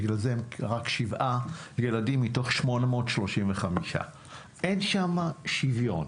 בגלל זה הם רק שבעה ילדים מתוך 835. אין שם שוויון,